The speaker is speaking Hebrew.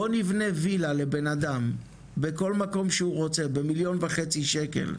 בוא נבנה לבן אדם בכל מקום שהוא רוצה במיליון וחצי שקל,